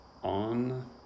On